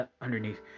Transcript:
underneath